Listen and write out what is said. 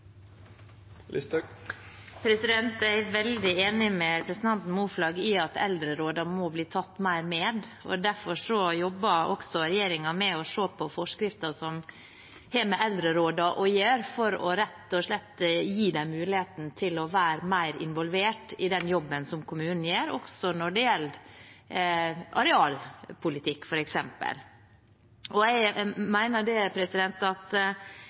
Jeg er veldig enig med representanten Moflag i at eldrerådene må bli tatt mer med, og derfor jobber regjeringen med å se på forskrifter som har å gjøre med eldreråd, for rett og slett å gi dem muligheten til å være mer involvert i jobben som kommunen gjør, også når det gjelder arealpolitikk, f.eks. Jeg mener det er viktig å se på Husbankens innretning framover, og det er et arbeid jeg